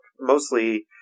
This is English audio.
mostly